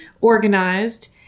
organized